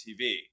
TV